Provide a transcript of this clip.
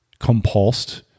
compulsed